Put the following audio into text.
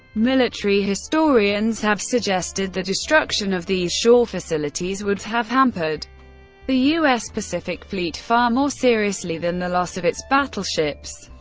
military historians have suggested the destruction of these shore facilities would have hampered the u s. pacific fleet far more seriously than the loss of its battleships.